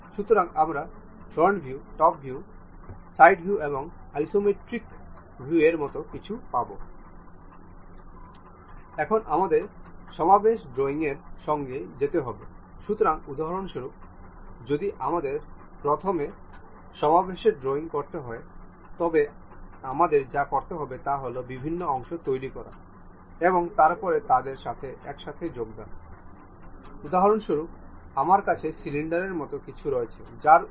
সুতরাং আমরা এটি নির্বাচন করব আমরা এটি একটি ইঞ্জিন হিসাবে নামকরণ করব এবং আমরা সংরক্ষণ করব